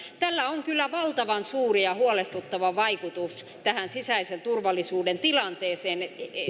tällä on kyllä valtavan suuri ja huolestuttava vaikutus tähän sisäisen turvallisuuden tilanteeseen